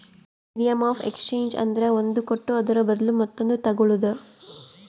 medium of exchange ಅಂದ್ರ ಒಂದ್ ಕೊಟ್ಟು ಅದುರ ಬದ್ಲು ಮತ್ತೊಂದು ತಗೋಳದ್